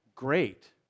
great